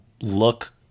look